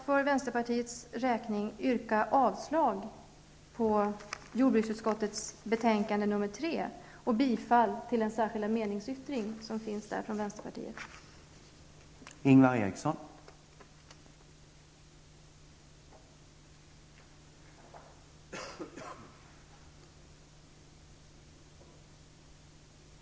För vänsterpartiets räkning vill jag därför yrka avslag på hemställan i jordbruksutskottets betänkande nr 3 och bifall till den särskilda meningsyttring som är fogad till detta betänkande och som vänsterpartiet står bakom.